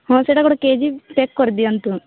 ହଁ ସେଇଟା ଗୋଟେ କେ ଜି ପ୍ୟାକ୍ କରିଦିଅନ୍ତୁ